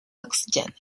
oxygen